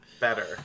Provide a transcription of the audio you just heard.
better